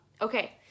Okay